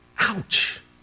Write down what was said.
Ouch